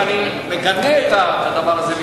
ואני מגנה את הדבר הזה,